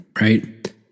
Right